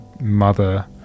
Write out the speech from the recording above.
mother